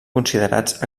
considerats